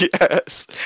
Yes